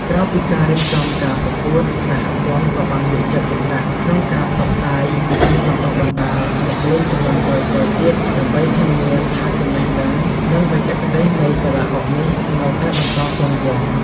ក្រៅពីការរៀបចំការប្រកួត សហព័ន្ធក៏បានយកចិត្តទុកដាក់ក្នុងការផ្សព្វផ្សាយ និងបណ្តុះបណ្តាលអ្នកលេងជំនាន់ក្រោយៗទៀត ដើម្បីធានាថាចំណេះដឹង និងបច្ចេកទេសនៃកីឡាអុកនេះនៅតែបន្តគង់វង្ស។